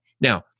Now